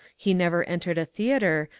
he never entered a theatre,